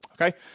Okay